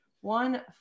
one